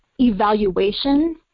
evaluation